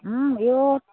এই